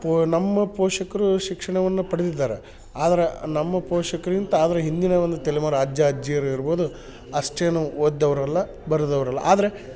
ಪೋ ನಮ್ಮ ಪೋಷಕರು ಶಿಕ್ಷಣವನ್ನು ಪಡೆದಿದ್ದಾರೆ ಆದ್ರೆ ನಮ್ಮ ಪೋಷಕ್ರಿಂತ ಅದ್ರ ಹಿಂದಿನ ಒಂದು ತಲೆಮಾರ್ ಅಜ್ಜ ಅಜ್ಜಿಯರು ಇರ್ಬೋದು ಅಷ್ಟೇನೂ ಓದಿದವ್ರಲ್ಲ ಬರೆದವ್ರಲ್ಲ ಆದರೆ